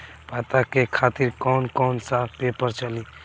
पता के खातिर कौन कौन सा पेपर चली?